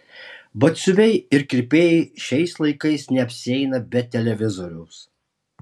batsiuviai ir kirpėjai šiais laikais neapsieina be televizoriaus